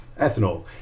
ethanol